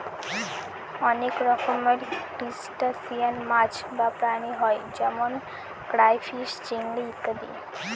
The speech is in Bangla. অনেক রকমের ত্রুসটাসিয়ান মাছ বা প্রাণী হয় যেমন ক্রাইফিষ, চিংড়ি ইত্যাদি